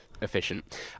efficient